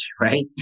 right